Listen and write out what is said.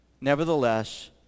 Nevertheless